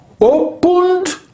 opened